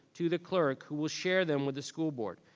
to the clerk who will share them with the school board.